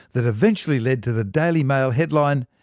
that eventually lead to the daily mail headline,